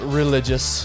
religious